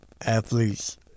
athletes